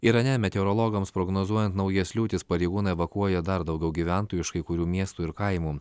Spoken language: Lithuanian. irane meteorologams prognozuojant naujas liūtis pareigūnai evakuoja dar daugiau gyventojų iš kai kurių miestų ir kaimų